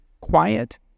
quiet